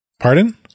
Pardon